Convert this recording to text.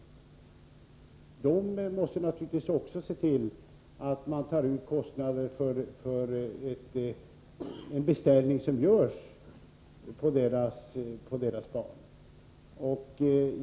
SJ måste naturligtvis också se till att skaffa sig kostnadstäckning för en beställning som görs på dessa banor.